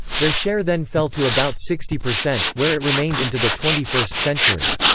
their share then fell to about sixty percent, where it remained into the twenty first century.